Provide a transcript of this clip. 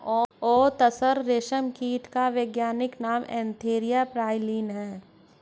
okay तसर रेशम कीट का वैज्ञानिक नाम एन्थीरिया प्राइलीन है